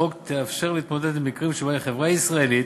החוק תאפשר להתמודד עם מקרים שבהם חברה ישראלית